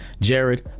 jared